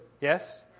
Yes